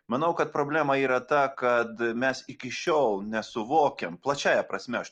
manau kad problema yra ta kad mes iki šiol nesuvokiam plačiąja prasme aš